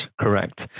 Correct